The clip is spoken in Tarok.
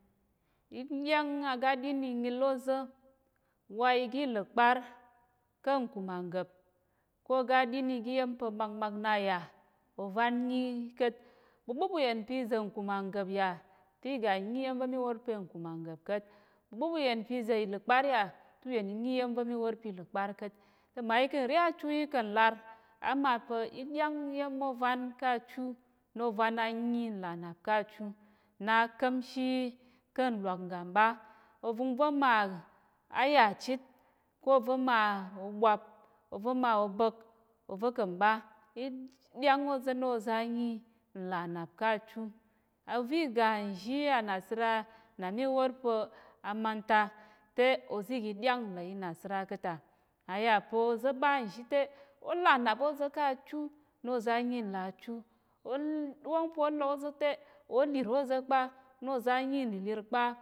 Í ɗyáng aga ɗin inyil ôza̱ wa igi ìləkpár ká̱ nkumàngga̱p ká̱ oga ɗyin igi ya̱m pa̱ makmak na yà, ovan nyi ka̱t, ɓu ɓúp uyen pa̱ iza̱ nkumàngga̱p yà te i ga ǹnyi iya̱m va̱ mí wór pa̱ nkumàngga̱p ka̱t. Ɓúp uyen pa̱ iza̱ ìləkpár yà te uyen i nyi ya̱m va̱ mí wór pa̱ ìləkpár ka̱t te mma yi kà̱ nre achu yi kà̱ nla̱r. Á ma pa̱ í ɗyáng iya̱m ôvan ká̱ achu na ovan á nyi nlà nnap ká̱ achu, na á ka̱mshi yi ká̱ nlwak ngga mɓa, ovəngva̱ mà á yà chit ká̱ ova̱ ma oɓwap ova̱ omà oba̱k ova̱ kà̱ mɓa. Í ɗyáng ôza̱ na oza̱ á nyi nlà nnap ká̱ achu, ova̱ i ga nzhi ànasəra na mí wór pa̱ amanta te ozi gi ɗyáng nlà inasəra ka̱ ta. Ayà pa̱ oza̱ ɓa nzhi te ó là nnap ôza ká̱ achu na oza nyi nlà achu wóng pa̱ ó là ôza̱ te ó lir ôza̱ kpa na oza nyi nlilir kpa.